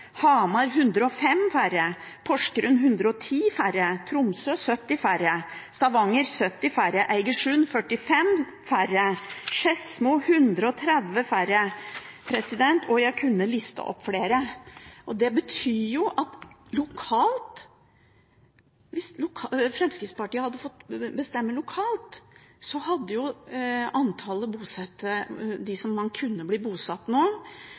Hamar 105 færre, Porsgrunn 110 færre, Tromsø 70 færre, Stavanger 70 færre, Eigersund 45 færre, Skedsmo 130 færre – og jeg kunne listet opp flere. Det betyr at hvis Fremskrittspartiet hadde fått bestemme lokalt, hadde antallet som kunne bli bosatt nå, vært vesentlig færre, og det hadde vært et problem. Det er dette mange nå